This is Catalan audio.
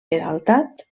peraltat